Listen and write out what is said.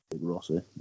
rossi